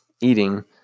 eating